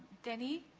denny?